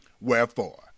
Wherefore